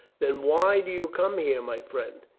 then why do you come here, my friend?